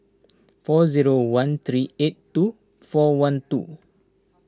four zero one three eight two four one two